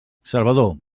salvador